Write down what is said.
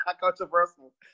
controversial